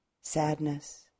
sadness